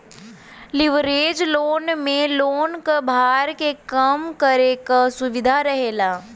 leverage loan में loan क भार के कम करे क सुविधा रहेला